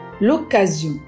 l'occasion